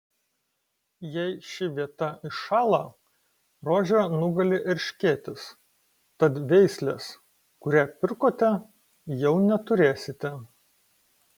jei ši vieta iššąla rožę nugali erškėtis tad veislės kurią pirkote jau neturėsite